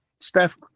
Steph